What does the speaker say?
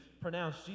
pronounce